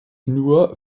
nur